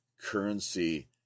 currency